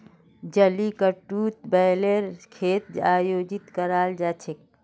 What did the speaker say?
जलीकट्टूत बैलेर खेल आयोजित कराल जा छेक